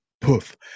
poof